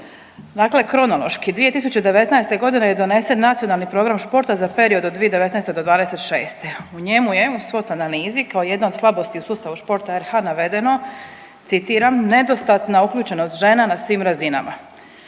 Dakle kronološki, 2019.g. je donesen Nacionalni program športa za period od 2019. do '26.. U njemu je u SWOT analizi kao jedna od slabosti u sustavu športa RH navedeno citiram nedostatna uključenost žena na svim razinama,